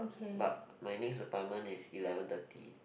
but my next appointment is eleven thirty